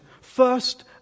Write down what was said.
first